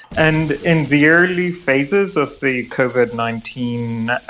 and in the early phases of the covid nineteen